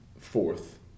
fourth